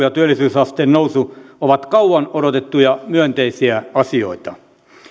ja työllisyysasteen nousu ovat kauan odotettuja myönteisiä asioita